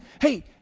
Hey